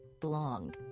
Blong